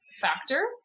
factor